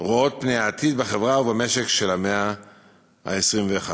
רואות את פני העתיד בחברה ובמשק של המאה ה-21.